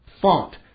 font